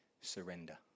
surrender